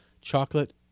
chocolate